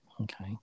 Okay